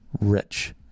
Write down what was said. rich